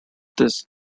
this